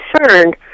concerned